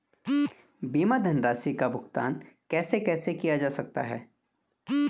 बीमा धनराशि का भुगतान कैसे कैसे किया जा सकता है?